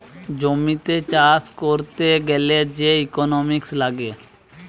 জমিতে চাষ করতে গ্যালে যে ইকোনোমিক্স লাগে